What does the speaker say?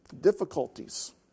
Difficulties